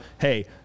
hey